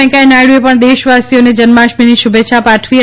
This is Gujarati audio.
વેંકૈયા નાયડુએ પણ દેશવાસીઓને જન્માષ્ટમીની શુભેચ્છાઓ પાઠવી છે